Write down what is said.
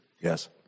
Yes